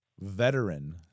veteran